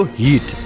heat